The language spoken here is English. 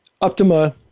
Optima